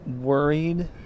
worried